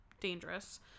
dangerous